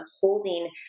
holding